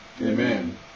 Amen